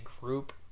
group